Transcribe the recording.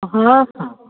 ହଁ ହଁ